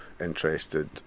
interested